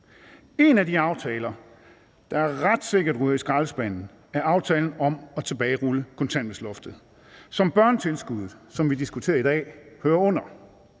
En af de aftaler, der ret sikkert ryger i skraldespanden, er aftalen om at tilbagerulle kontanthjælpsloftet, som børnetilskuddet, som vi diskuterer i dag, hører under.